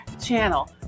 channel